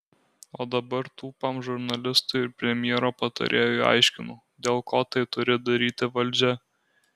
o dabar tūpam žurnalistui ir premjero patarėjui aiškinu dėl ko tai turi daryti valdžia